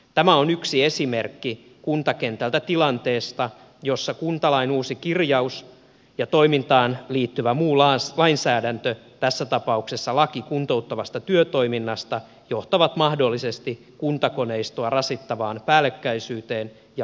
tämä on yksi esimerkki kuntakentältä tilanteesta jossa kuntalain uusi kirjaus ja toimintaan liittyvä muu lainsäädäntö tässä tapauksessa laki kuntouttavasta työtoiminnasta johtavat mahdollisesti kuntakoneistoa rasittavaan päällekkäisyyteen ja lisäävät byrokratiaa